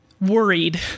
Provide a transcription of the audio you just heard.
worried